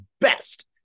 best